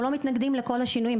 אנחנו לא מתנגדים לכל השינויים.